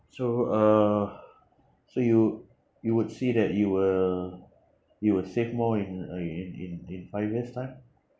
so uh so you you would say that you will you will save more in a in in in five years time